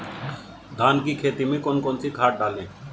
धान की खेती में कौन कौन सी खाद डालें?